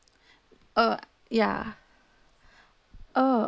uh ya oh